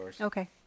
Okay